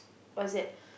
what's that